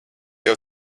jau